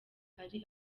ari